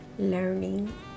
Learning